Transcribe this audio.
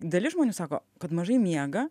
dalis žmonių sako kad mažai miega